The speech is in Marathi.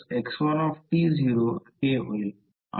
तर या टप्प्यावर X2sx1 हे होईल